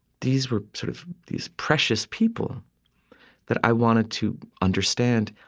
these were sort of these precious people that i wanted to understand,